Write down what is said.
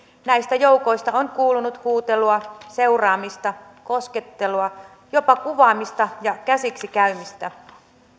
näistä joukoista on kuulunut huutelua seuraamista koskettelua jopa kuvaamista ja käsiksikäymistä